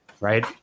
right